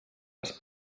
les